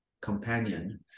companion